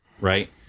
Right